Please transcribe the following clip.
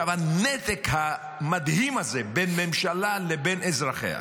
עכשיו, הנתק המדהים הזה בין ממשלה לבין אזרחיה,